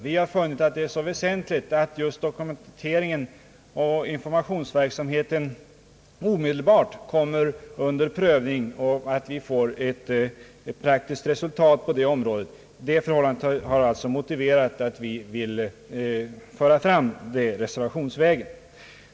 Vi har funnit att det är angeläget att just dokumenteringen och informationsverksamheten omedelbart kommer under prövning och att vi får ett praktiskt resultat på dessa områden. Detta förhållande har alltså motiverat att vi för fram dessa önskemål reservationsvägen.